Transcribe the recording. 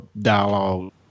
dialogue